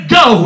go